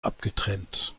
abgetrennt